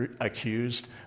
accused